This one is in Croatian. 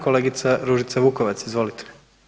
Kolegica Ružica Vukovac, izvolite.